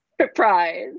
Surprise